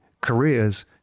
careers